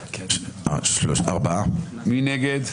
מי נגד?